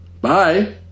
Bye